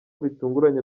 bitunguranye